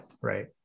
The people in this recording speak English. Right